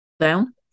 down